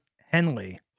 Henley